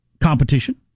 competition